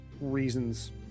reasons